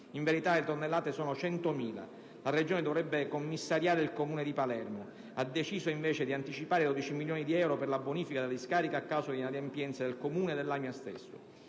In verità, le tonnellate sono 100.000. La Regione dovrebbe commissariare il Comune di Palermo; ha deciso invece di anticipare 12 milioni di euro per la bonifica della discarica a causa delle inadempienze del Comune e dell'AMIA stessa.